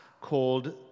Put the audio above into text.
called